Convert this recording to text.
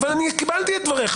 אבל אני קיבלתי את דבריך.